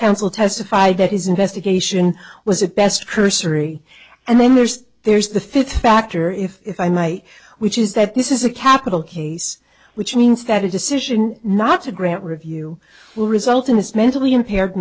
counsel testified that his investigation was at best cursory and then there's there's the fifth factor if i might which is that this is a capital case which means that a decision not to grant review will result in this mentally impaired